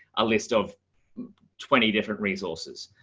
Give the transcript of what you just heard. a list of twenty different resources.